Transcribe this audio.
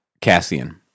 Cassian